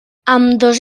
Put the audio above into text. ambdós